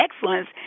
excellence